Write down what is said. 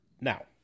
now